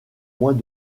moins